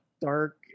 Dark